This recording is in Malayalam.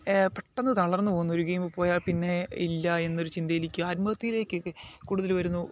പെട്ടെന്ന് തളർന്നു പോകുന്നു ഒരു ഗെയിം പോയാൽ പിന്നെ ഇല്ല എന്നൊരു ചിന്തയിലേക്ക് ആത്മഹത്യലേകൊക്കെ കൂടുതൽ വരുന്നു